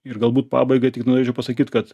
ir galbūt pabaigai tik norėčiau pasakyt kad